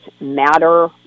Matter